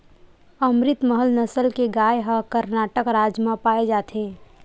अमरितमहल नसल के गाय ह करनाटक राज म पाए जाथे